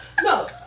no